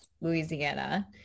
Louisiana